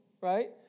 right